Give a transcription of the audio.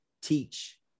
teach